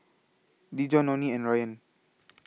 Dejon Nonie and Ryann